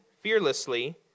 fearlessly